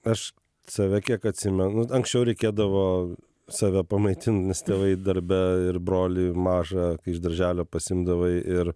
aš save kiek atsimenu anksčiau reikėdavo save pamaitint nes tėvai darbe ir brolį mažą kai iš darželio pasiimdavai ir